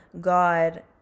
god